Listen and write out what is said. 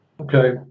okay